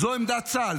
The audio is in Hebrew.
זו עמדת צה"ל,